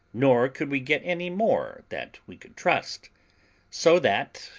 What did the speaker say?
nor could we get any more that we could trust so that,